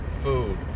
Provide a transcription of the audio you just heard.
food